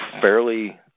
fairly